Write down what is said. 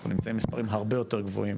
אנחנו נמצאים במספרים הרבה יותר גבוהים